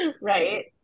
right